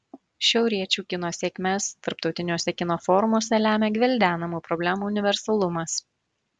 šiauriečių kino sėkmes tarptautiniuose kino forumuose lemia gvildenamų problemų universalumas